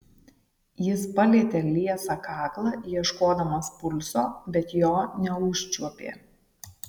jis palietė liesą kaklą ieškodamas pulso bet jo neužčiuopė